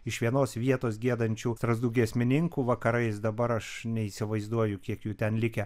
iš vienos vietos giedančių strazdų giesmininkų vakarais dabar aš neįsivaizduoju kiek jų ten likę